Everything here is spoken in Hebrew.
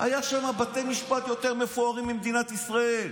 היו שם בתי משפט יותר מפוארים מבמדינת ישראל,